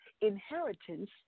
inheritance